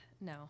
No